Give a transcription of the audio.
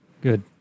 Good